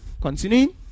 continuing